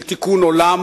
של תיקון עולם,